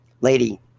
Lady